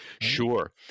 Sure